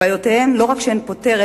לבעיותיהם לא רק שאין פותר,